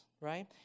right